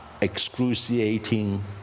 excruciating